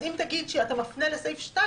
אז אם תגיד שאתה מפנה לסעיף 2,